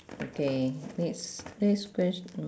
okay next next quest~